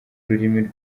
rurimi